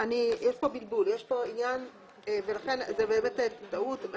יש פה בלבול, ולכן זה באמת טעות.